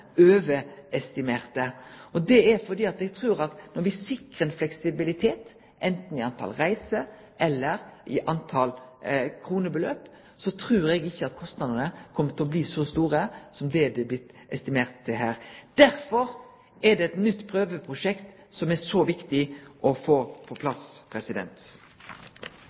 overestimerte. Det er fordi at når me sikrar fleksibilitet, anten i antall reiser eller i antall kroner, trur eg ikkje at kostnadene kjem til å bli så store som det er estimert her. Derfor er det viktig å få eit nytt prøveprosjekt på plass.